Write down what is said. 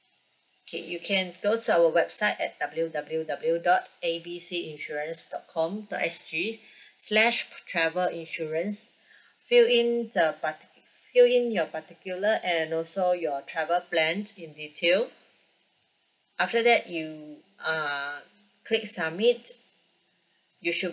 okay you can go to our website at W_W_W dot A B C insurance dot com dot S_G slash p~ travel insurance fill in the parti~ fill in your particular and also your travel plan in detail after that you uh click submit you should